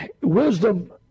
wisdom